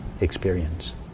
experience